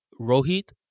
rohit